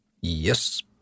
Yes